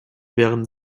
wären